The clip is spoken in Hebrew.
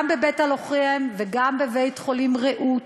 גם בבית-הלוחם וגם בבית-חולים "רעות"